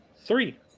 three